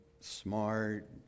Smart